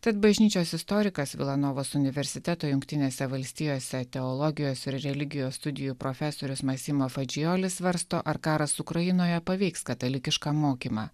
tad bažnyčios istorikas vila novos universiteto jungtinėse valstijose teologijos religijos studijų profesorius masimo fadžioli svarsto ar karas ukrainoje paveiks katalikišką mokymą